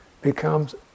becomes